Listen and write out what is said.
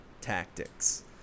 tactics